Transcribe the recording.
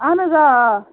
اَہن حظ آ آ